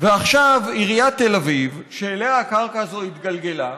ועכשיו עיריית תל אביב, שאליה הקרקע הזאת התגלגלה,